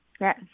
Yes